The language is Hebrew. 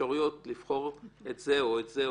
אפשרויות לבחור את זה או את זה,